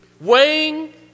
weighing